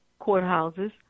courthouses